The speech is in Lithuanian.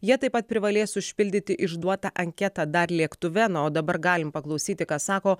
jie taip pat privalės užpildyti išduotą anketą dar lėktuve na o dabar galim paklausyti ką sako